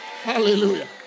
Hallelujah